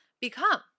become